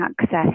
access